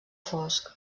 fosc